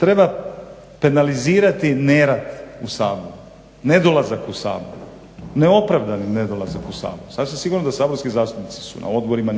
treba penalizirati nerad u Saboru, nedolazak u Sabor, neopravdani nedolazak u Sabor. Sasvim sigurno da su saborski zastupnici na odborima,